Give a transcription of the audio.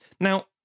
Now